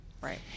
right